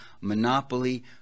monopoly